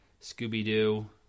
Scooby-Doo